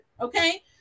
okay